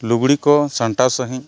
ᱞᱩᱜᱽᱲᱤ ᱠᱚ ᱥᱟᱱᱴᱟᱣ ᱥᱟᱺᱦᱤᱡ